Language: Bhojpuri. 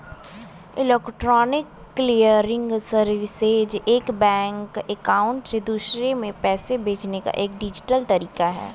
इलेक्ट्रॉनिक क्लियरिंग सर्विसेज एक बैंक अकाउंट से दूसरे में पैसे भेजने का डिजिटल तरीका है